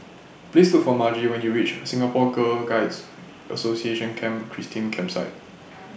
Please Look For Margy when YOU REACH Singapore Girl Guides Association Camp Christine Campsite